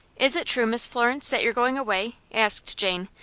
is it true, miss florence, that you're going away? asked jane,